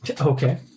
Okay